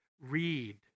Read